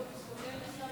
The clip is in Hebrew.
מכובדי היושב-ראש,